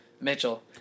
Mitchell